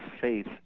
faith